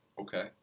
Okay